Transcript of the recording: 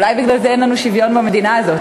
אולי בגלל זה אין לנו שוויון במדינה הזאת.